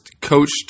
coached